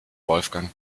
wolfgang